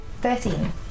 Thirteen